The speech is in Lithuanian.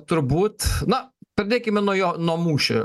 turbūt na pradėkime nuo jo nuo mūšio